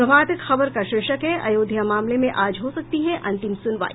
प्रभात खबर का शीर्षक है अयोध्या मामले में आज हो सकती है अंतिम सुनवाई